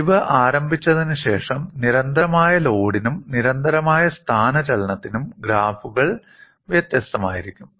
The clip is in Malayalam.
ഒടിവ് ആരംഭിച്ചതിന് ശേഷം നിരന്തരമായ ലോഡിനും നിരന്തരമായ സ്ഥാനചലനത്തിനും ഗ്രാഫുകൾ വ്യത്യസ്തമായിരിക്കും